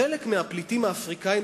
חלק מהפליטים האפריקנים,